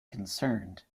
concerned